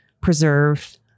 preserve